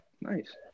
Nice